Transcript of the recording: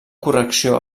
correcció